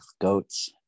Goats